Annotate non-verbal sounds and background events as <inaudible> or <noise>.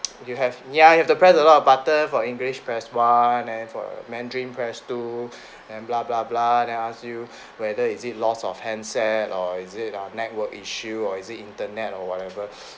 <noise> you have ya you have to press a lot of button for english press one then for mandarin press two <breath> then blah blah blah then ask you <breath> whether is it loss of handset or is it uh network issue or is it internet or whatever <breath>